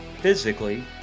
physically